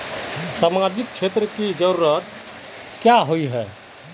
सामाजिक क्षेत्र की जरूरत क्याँ होय है?